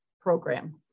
program